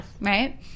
Right